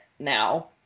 now